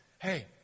hey